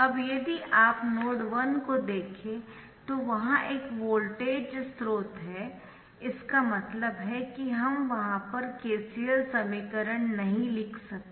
अब यदि आप नोड 1 को देखें तो वहां एक वोल्टेज स्रोत है इसका मतलब है कि हम वहां पर KCL समीकरण नहीं लिख सकते